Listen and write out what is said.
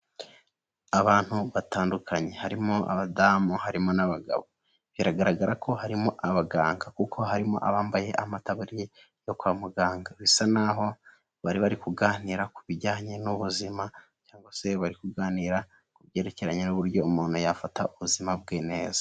Abantu batandukanye harimo abadamu harimo abagabo, biragaragara ko harimo abaganga kuko harimo abambaye amataburiye yo kwa muganga bisa naho bari bari kuganira ku bijyanye n'ubuzima, cyangwa se bari kuganira ku byerekeranye n'uburyo umuntu yafata ubuzima bwe neza.